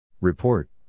Report